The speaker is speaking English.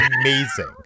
amazing